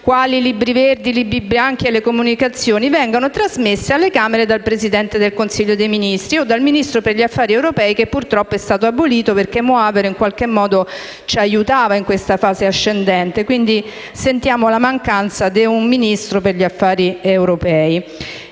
(quali Libri verdi, Libri bianchi e comunicazioni), vengano trasmessi alle Camere dal Presidente del Consiglio dei ministri o dal Ministro per gli affari europei - purtroppo è stato abolito, ma Moavero in qualche modo ci aiutava in questa fase ascendente e, quindi, sentiamo la mancanza di un Ministro per gli affari europei